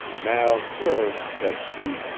now sir, said she,